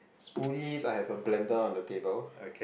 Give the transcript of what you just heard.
smoothie I have a blender on the table